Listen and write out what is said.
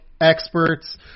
experts